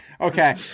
Okay